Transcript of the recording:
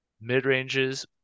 mid-ranges